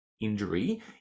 injury